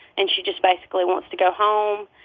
and she just basically wants to go home.